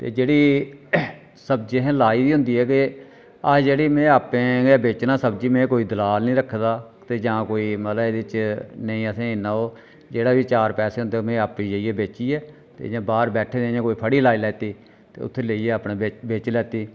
ते जेह्ड़ी सब्जी असें लाई दी होंदी ऐ ते अजें कि मैं आपें गै बेचना सब्जी में कोई दलाल नी रक्खे दा ते जां कोई मतलब एहदे च नेई असें इन्ना ओह् जेह्ड़े बी चार पैसे होंदे ओह् मीं आपे जाइयै बेचियै ते इयां बाहर बैठे दे इयां कोई फड़ी लाई लैती ते उत्थे बेइये अपने बेची लैती